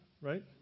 right